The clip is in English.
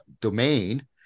domain